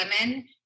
women